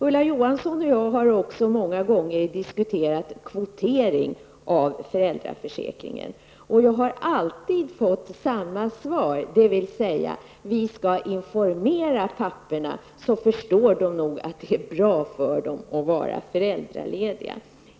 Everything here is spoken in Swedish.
Ulla Johansson och jag har också många gånger diskuterat kvotering av föräldraförsäkringen. Jag har alltid fått samma svar: Vi skall informera papporna, så förstår de nog att det är bra för dem att vara föräldralediga.